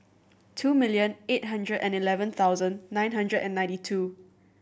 two million eight hundred and eleven thousand nine hundred and ninety two